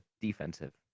defensive